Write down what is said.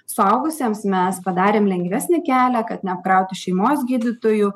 suaugusiems mes padarėm lengvesnį kelią kad neapkrautų šeimos gydytojų